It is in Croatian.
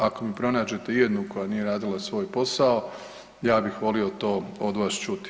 Ako mi pronađete ijednu koja nije radila svoj posao, ja bih volio to od vas čuti.